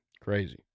Crazy